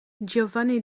giovanni